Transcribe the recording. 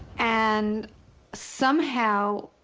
and somehow,